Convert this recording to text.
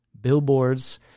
billboards